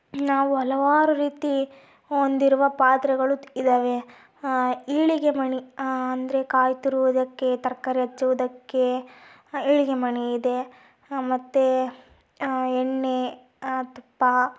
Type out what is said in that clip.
ನಾವು ಹಲವಾರು ರೀತಿ ಹೊಂದಿರುವ ಪಾತ್ರೆಗಳು ಇದ್ದಾವೆ ಈಳಿಗೆ ಮಣೆ ಅಂದರೆ ಕಾಯಿ ತುರಿವುದಕ್ಕೆ ತರಕಾರಿ ಹೆಚ್ಚುವುದಕ್ಕೆ ಈಳಿಗೆ ಮಣೆ ಇದೆ ಮತ್ತೆ ಎಣ್ಣೆ ತುಪ್ಪ